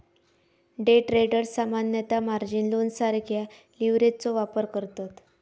day traders सामान्यतः margin लोनसारख्या लीव्हरेजचो वापर करतत